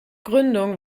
gründung